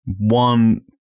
one